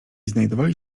znajdowali